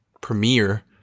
premiere